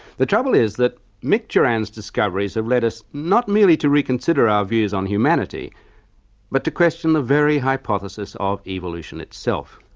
the trouble is that micturans discoveries have led us not merely to reconsider our views on humanity but to question the very hypothesis of evolution itself.